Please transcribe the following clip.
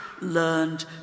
learned